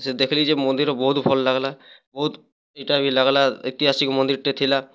ସେ ଦେଖିଲି ଯେ ମନ୍ଦିର ବହୁତ ଭଲ ଲାଗିଲା ବହୁତ ଏଇଟା ବି ଲାଗିଲା ଇତିହାସିକ ମନ୍ଦିରଟେ ଥିଲା